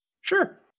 Sure